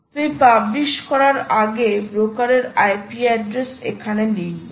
তুমি পাবলিশ করার আগে ব্রোকারের IP অ্যাড্রেস এখানে লিখবে